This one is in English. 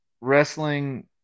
Wrestling